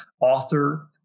author